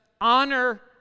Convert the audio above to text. honor